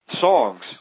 songs